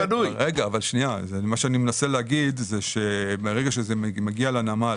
אני מנסה להגיד שמרגע שזה מגיע לנמל